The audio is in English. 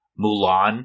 Mulan